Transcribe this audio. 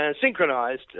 Synchronized